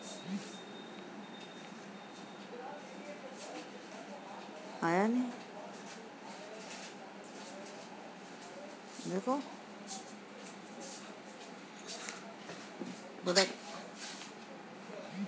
एमे बारिश के पानी के पोखरा, टैंक अउरी छोट मोट गढ्ढा में बिटोर लिहल जाला